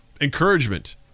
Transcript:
encouragement